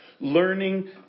learning